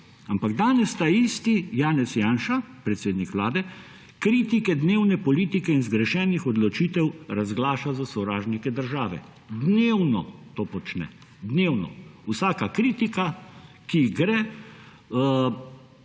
Ampak danes taisti Janez Janša, predsednik Vlade, kritike dnevne politike in zgrešenih odločitev razglaša za sovražnike države. Dnevno to počne, dnevno. Vsaka kritika, ki gre